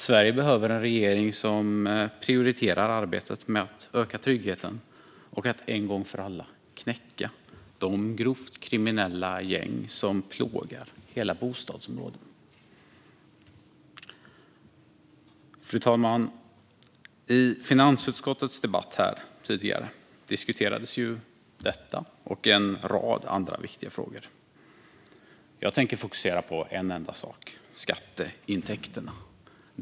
Sverige behöver en regering som prioriterar arbetet med att öka tryggheten och att en gång för alla knäcka de grovt kriminella gäng som plågar hela bostadsområden. Fru talman! Tidigare i finansutskottets debatt diskuterades detta och en rad andra viktiga frågor. Jag tänker fokusera på en enda sak: skatteintäkterna.